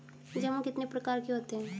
जमा कितने प्रकार के होते हैं?